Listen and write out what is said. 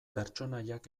pertsonaiak